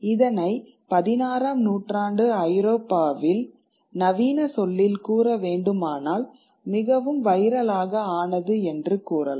இதனை பதினாறாம் நூற்றாண்டு ஐரோப்பாவில் நவீன சொல்லில் கூறவேண்டுமானால் மிகவும் வைரலாக ஆனது என்று கூறலாம்